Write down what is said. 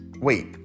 Wait